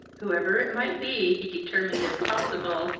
whoever it might be, he determined, if possible,